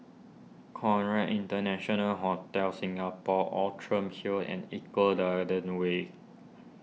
Conrad International Hotel Singapore Outram Hill and Eco Garden Way